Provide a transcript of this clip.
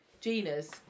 Gina's